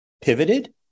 pivoted